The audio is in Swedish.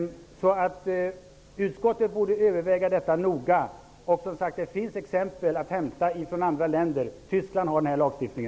Utskottet borde överväga frågan noga. Det finns, som sagt, exempel att hämta ifrån andra länder. Tyskland har en sådan här lagstiftning.